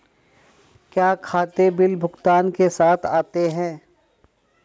क्या खाते बिल भुगतान के साथ आते हैं?